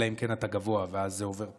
אלא אם כן אתה גבוה ואז זה עובר פחות.